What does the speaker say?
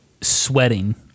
sweating